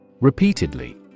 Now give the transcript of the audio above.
Repeatedly